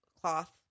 cloth